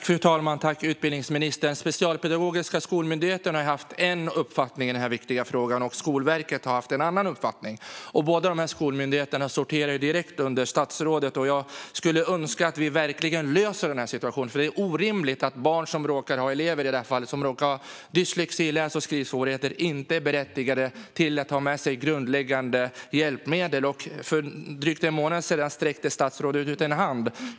Fru talman! Tack, utbildningsministern, för svaret! Specialpedagogiska skolmyndigheten har haft en uppfattning i den här viktiga frågan, och Skolverket har haft en annan. Båda dessa skolmyndigheter sorterar ju direkt under statsrådet, och jag skulle önska att vi verkligen löser den här situationen. Det är orimligt att elever som råkar ha dyslexi, läs och skrivsvårigheter, inte är berättigade att ha med sig grundläggande hjälpmedel. För drygt en månad sedan sträckte statsrådet ut en hand.